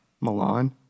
milan